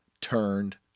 Turned